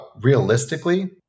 realistically